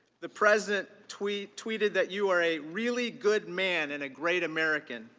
the president tweeted tweeted that you are a really good man and a great american.